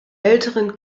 älteren